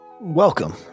Welcome